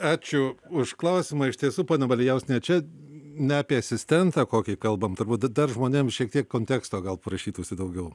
ačiū už klausimą iš tiesų ponia malijauskiene čia ne apie asistentą kokį kalbame turbūt dar žmonėms šiek tiek konteksto gal prašytųsi daugiau